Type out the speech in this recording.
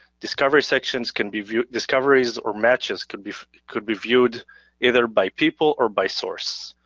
discovery sections can be viewed, discoveries or matches could be could be viewed either by people or by source.